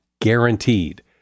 guaranteed